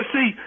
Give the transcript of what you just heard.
See